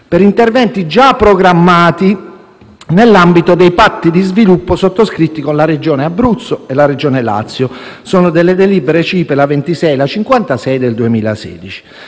per interventi già programmati nell'ambito dei patti di sviluppo sottoscritti con la Regione Abruzzo e la Regione Lazio (delibere CIPE 26 e 56 del 2016).